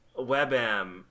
WebM